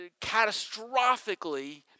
catastrophically